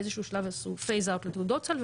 באיזשהו שלב עשו phase out לתעודות סל,